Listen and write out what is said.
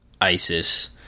ISIS